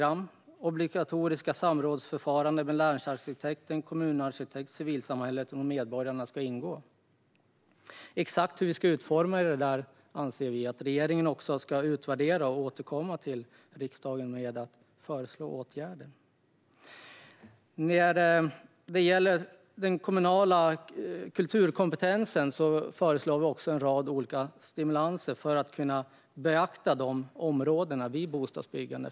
Även obligatoriska samrådsförfaranden med länsarkitekt, kommunarkitekt, civilsamhället och medborgarna ska ingå. Exakt hur detta ska utformas anser vi att regeringen ska utvärdera och därefter återkomma till riksdagen med förslag till åtgärder. När det gäller den kommunala kulturkompetensen föreslår vi en rad olika stimulanser för att kunna beakta dessa områden vid bostadsbyggande.